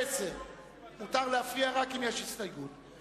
מותר להפריע רק אם יש הסתייגות.